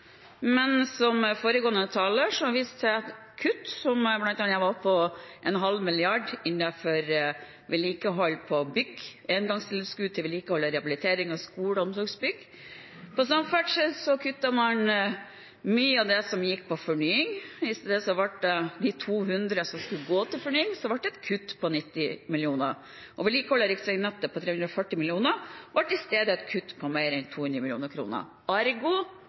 men som foregående taler viste til, ble det ble kutt, bl.a. på 0,5 mrd. kr innenfor vedlikehold av bygg, engangstilskudd til vedlikehold og rehabilitering av skole- og omsorgsbygg. På samferdsel kuttet man mye av det som gikk på fornying – i stedet for de 200 mill. kr som skulle gå til fornying, ble det et kutt på 90 mill. kr. Og vedlikehold av riksveinettet på 340 mill. kr ble i stedet et kutt på mer enn 200